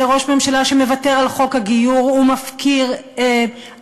זה ראש ממשלה שמוותר על חוק הגיור ומפקיר אלפים,